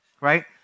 right